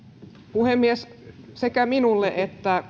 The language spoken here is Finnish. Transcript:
puhemies sekä minulle että koko